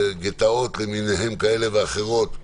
גטאות למיניהם, כאלה ואחרים,